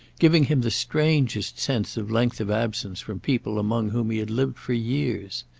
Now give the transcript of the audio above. giving him the strangest sense of length of absence from people among whom he had lived for years.